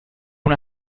una